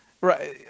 right